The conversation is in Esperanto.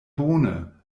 bone